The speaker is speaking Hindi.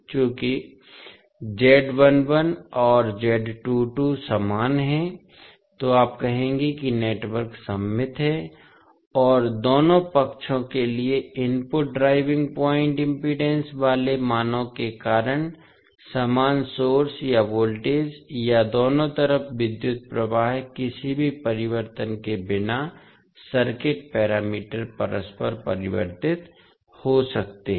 चूंकि और समान हैं तो आप कहेंगे कि नेटवर्क सममित है और दोनों पक्षों के लिए इनपुट ड्राइविंग पॉइन्ट इम्पीडेन्स वाले मानों के कारण समान सोर्स या वोल्टेज या दोनों तरफ विद्युत प्रवाह किसी भी परिवर्तन के बिना सर्किट पैरामीटर परस्पर परिवर्तित हो सकते हैं